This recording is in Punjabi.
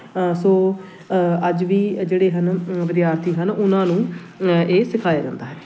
ਸੋ ਅੱਜ ਵੀ ਜਿਹੜੇ ਹਨ ਵਿਦਿਆਰਥੀ ਹਨ ਉਹਨਾਂ ਨੂੰ ਇਹ ਸਿਖਾਇਆ ਜਾਂਦਾ ਹੈ